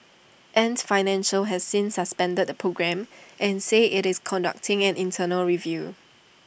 ants financial has since suspended the programme and says IT is conducting an internal review